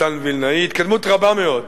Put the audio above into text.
מתן וילנאי, ההתקדמות רבה מאוד.